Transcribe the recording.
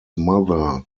mother